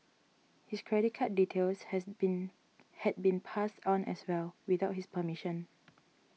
his credit card details has been had been passed on as well without his permission